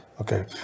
Okay